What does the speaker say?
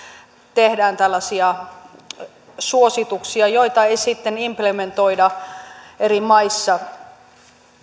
tehdään tällaisia suosituksia joita ei sitten implementoida eri maissa